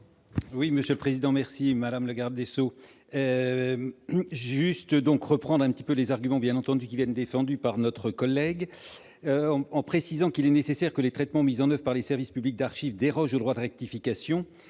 Oui, Monsieur le Président merci madame le Garde des Sceaux juste donc reprendre un petit peu les arguments bien entendu qui viennent défendue par notre collègue on en précisant qu'il est nécessaire que les traitements mis en 9 par les services publics d'archives déroge au droit de rectification,